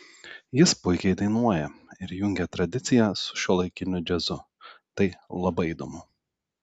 jis puikiai dainuoja ir jungia tradiciją su šiuolaikiniu džiazu tai labai įdomu